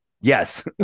Yes